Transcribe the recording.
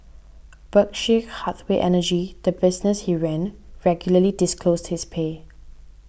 Berkshire Hathaway Energy the business he ran regularly disclosed his pay